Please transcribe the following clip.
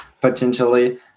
potentially